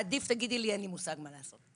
עדיף שתגידי שאין לך מושג מה לעשות.